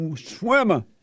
swimmer